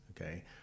Okay